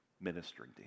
ministering